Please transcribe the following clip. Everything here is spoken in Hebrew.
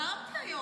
נאמתי היום.